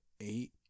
eight